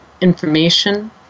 information